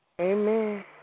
Amen